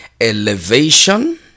elevation